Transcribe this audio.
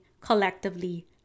collectively